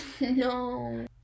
No